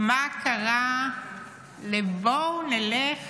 מה קרה ל"בואו נלך